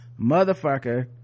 motherfucker